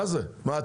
מה,